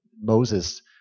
Moses